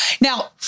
Now